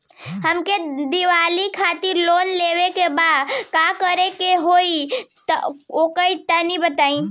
हमके दीवाली खातिर लोन लेवे के बा का करे के होई तनि बताई?